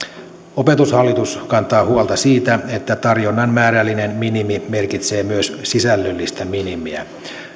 opetushallitus kantaa huolta siitä että tarjonnan määrällinen minimi merkitsee myös sisällöllistä minimiä